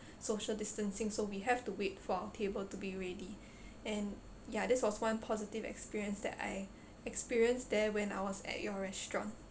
social distancing so we have to wait for our table to be ready and ya this was one positive experience that I experienced there when I was at your restaurant